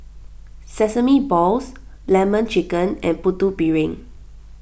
Sesame Balls Lemon Chicken and Putu Piring